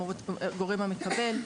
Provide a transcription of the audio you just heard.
לגורם המקבל.